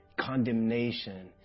condemnation